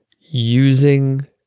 using